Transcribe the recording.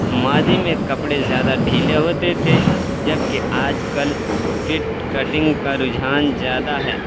ماضی میں کپڑے زیادہ ڈھیلے ہوتے تھے جب کہ آج کل فٹ کٹنگ کا رجحان زیادہ ہے